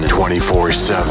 24-7